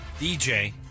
DJ